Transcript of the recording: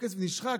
הכסף, הכסף נשחק.